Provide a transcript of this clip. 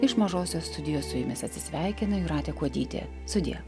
iš mažosios studijos su jumis atsisveikina jūratė kuodytė sudie